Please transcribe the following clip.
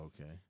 okay